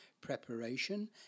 preparation